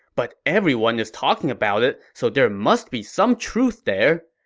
but everyone is talking about it, so there must be some truth there.